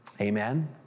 Amen